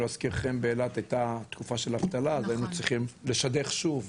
אני אזכיר לכם באילת היית התקופה של אבטלה והיינו צריכים לשדך שוב